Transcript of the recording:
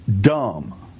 dumb